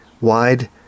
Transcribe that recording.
Wide